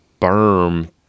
berm